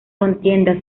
contienda